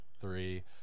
three